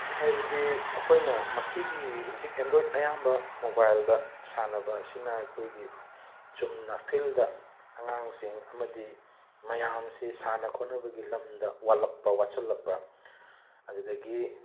ꯍꯥꯏꯕꯗꯤ ꯑꯩꯈꯣꯏꯅ ꯃꯁꯤꯒꯤ ꯍꯧꯖꯤꯛ ꯑꯦꯟꯗ꯭ꯔꯣꯏꯠ ꯑꯌꯥꯝꯕ ꯃꯣꯕꯥꯏꯜꯗ ꯁꯥꯟꯅꯕ ꯑꯁꯤꯅ ꯑꯩꯈꯣꯏꯒꯤ ꯆꯨꯝꯅ ꯐꯤꯜꯗ ꯑꯉꯥꯡꯁꯤꯡ ꯑꯃꯗꯤ ꯃꯌꯥꯝꯁꯤ ꯁꯥꯟꯅ ꯈꯣꯠꯅꯕꯒꯤ ꯂꯝꯗ ꯋꯥꯠꯂꯛꯄ ꯋꯥꯠꯁꯤꯜꯂꯛꯄ ꯑꯗꯨꯗꯒꯤ